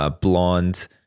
blonde